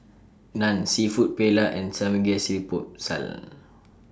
Naan Seafood Paella and Samgeyopsal